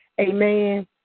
Amen